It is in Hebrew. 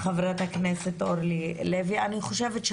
חברת הכנסת אורלי לוי, אני מצטרפת לדברייך.